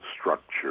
structure